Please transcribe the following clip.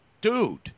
Dude